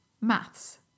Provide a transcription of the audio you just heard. maths